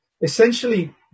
essentially